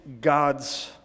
God's